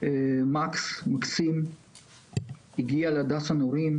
מקסים הגיע לאגף המורים,